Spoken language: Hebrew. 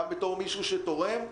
גם בתור מישהו שתורם,